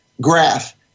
graph